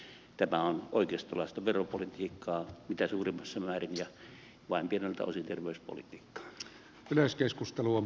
tämä on oikeistolaista veropolitiikkaa mitä suurimmassa määrin ja vain pieneltä osin terveyspolitiikkaa